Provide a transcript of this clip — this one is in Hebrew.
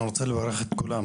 אני רוצה לברך את כולם,